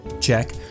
check